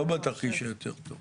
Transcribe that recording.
לא בתרחיש היותר טוב.